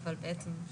אבל שוב,